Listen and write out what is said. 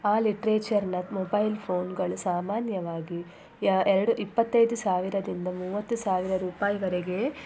ಆ ಲಿಟ್ರೇಚರ್ನ ಮೊಬೈಲ್ ಫೋನ್ಗಳು ಸಾಮಾನ್ಯವಾಗಿ ಯಾ ಎರಡು ಇಪ್ಪತ್ತೈದು ಸಾವಿರದಿಂದ ಮೂವತ್ತು ಸಾವಿರ ರೂಪಾಯಿವರೆಗೆ